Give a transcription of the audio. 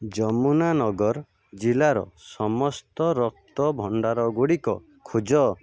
ଯମୁନାନଗର ଜିଲ୍ଲାର ସମସ୍ତ ରକ୍ତ ଭଣ୍ଡାରଗୁଡ଼ିକ ଖୋଜ